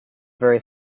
very